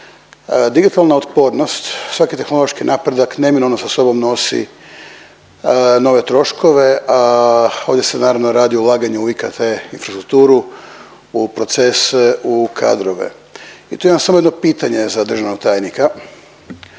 Digitalna otpornost, svaki tehnološki napredak neminovno sa sobom nosi nove troškove, ovdje se naravno radi o ulaganju u IKT infrastrukturu, u proces, u kadrove. I tu imam samo jedno pitanje za državnog tajnika.